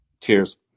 Cheers